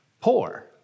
poor